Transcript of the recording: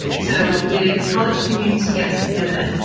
so the college community gets together,